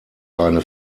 eine